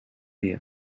you